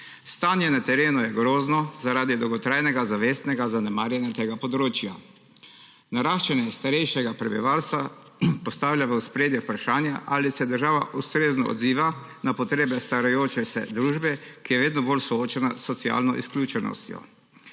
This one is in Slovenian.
Stanje na terenu je grozno zaradi dolgotrajnega zavestnega zanemarjanja tega področja. Naraščanje starejšega prebivalstva postavlja v ospredje vprašanja, ali se država ustrezno odziva na potrebe starajoče se družbe, ki je vedno bolj soočena s socialno izključenostjo.